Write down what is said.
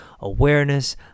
awareness